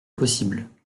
possible